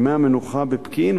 ימי המנוחה בפקיעין,